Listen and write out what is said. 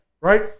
right